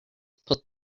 put